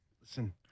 Listen